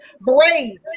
braids